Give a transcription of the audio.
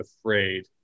afraid